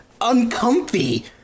uncomfy